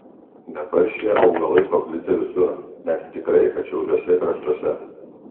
dabar šie augalai paplitę visur net tikrai atšiauriuose kraštuose